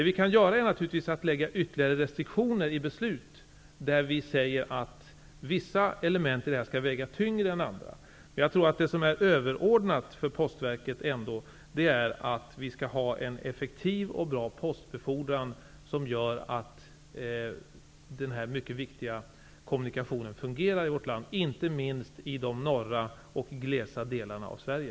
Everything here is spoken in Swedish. Vi kan naturligtvis införa ytterligare restriktioner i beslut, där vi säger att vissa element skall väga tyngre än andra. Det som är överordnat för Postverket tror jag ändock är att vi skall ha en effektiv och bra postbefordran i vårt land -- inte minst i de norra och glest befolkade delarna av Sverige.